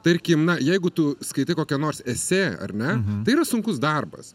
tarkim na jeigu tu skaitai kokią nors esė ar ne tai yra sunkus darbas